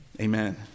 Amen